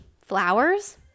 flowers